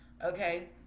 Okay